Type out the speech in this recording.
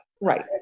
Right